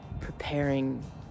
preparing